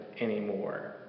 anymore